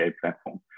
platform